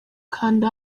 kanda